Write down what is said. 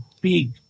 big